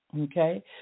Okay